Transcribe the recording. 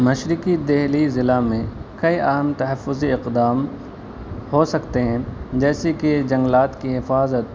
مشرقی دلی ضلع میں کئی اہم تحفظی اقدام ہوسکتے ہیں جیسے کہ جنگلات کی حفاظت